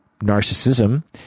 narcissism